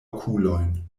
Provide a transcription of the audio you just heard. okulojn